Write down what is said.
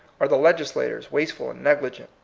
are the legislators wasteful and negligent?